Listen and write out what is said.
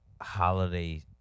holiday